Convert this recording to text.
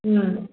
ꯎꯝ